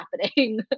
happening